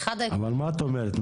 מה את אומרת,